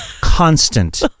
constant